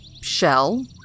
shell